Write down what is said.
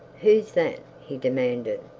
who's that he demanded.